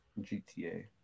GTA